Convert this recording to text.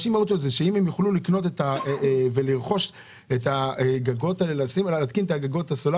אם הם יוכלו להתקין את הגגות הסולריים